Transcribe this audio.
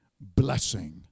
blessing